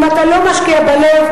אם אתה לא משקיע בלב,